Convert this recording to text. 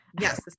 yes